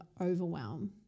overwhelm